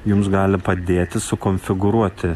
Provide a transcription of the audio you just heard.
jums gali padėti sukonfigūruoti